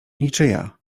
niczyja